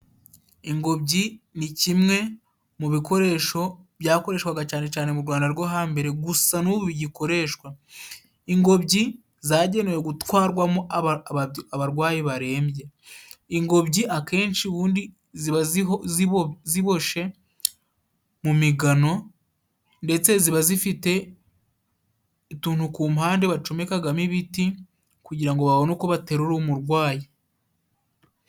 Ingobyi ni kimwe mu bikoresho byakoreshwaga cane cane mu Rwanda rwo hambere, gusa n'ubu bigikoreshwa. Ingobyi zagenewe gutwarwamo abarwayi barembye. Ingobyi akenshi ubundi ziba ziboshe mu migano, ndetse ziba zifite utuntu ku mupande bacomekagamo ibiti kugira ngo babone uko baterura umurwayi.